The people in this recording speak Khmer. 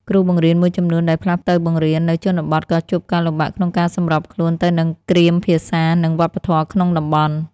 គ្រូបង្រៀនមួយចំនួនដែលផ្លាស់ទៅបង្រៀននៅជនបទក៏ជួបការលំបាកក្នុងការសម្របខ្លួនទៅនឹងគ្រាមភាសា និងវប្បធម៌ក្នុងតំបន់។